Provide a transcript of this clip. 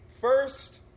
first